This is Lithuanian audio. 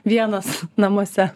vienas namuose